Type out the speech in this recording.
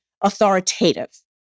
authoritative